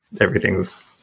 everything's